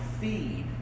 feed